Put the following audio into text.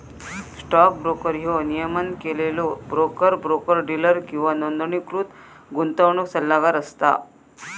stock broker ह्यो नियमन केलेलो ब्रोकर, ब्रोकर डीलर किंवा नोंदणीकृत गुंतवणूक सल्लागार असता